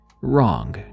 wrong